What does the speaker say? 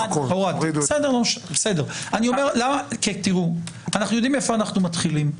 אנו יודעים איפה אנו מתחילים,